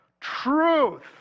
Truth